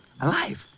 Alive